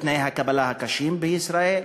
בתנאי הקבלה הקשים בישראל,